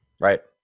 Right